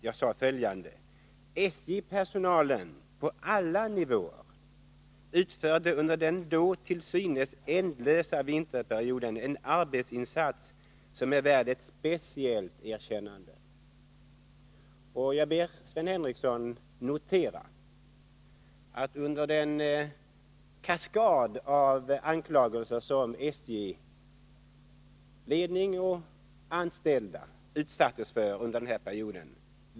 Jag sade följande: ”SJ-personalen på alla nivåer utförde under den då till synes ändlösa vinterperioden en arbetsinsats som är värd ett speciellt erkännande.” Jag ber Sven Henricsson notera att vi moderater inte deltog när det gällde den kaskad av anklagelser som SJ-ledning och SJ-anställda utsattes för under den aktuella perioden.